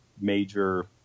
major